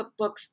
cookbooks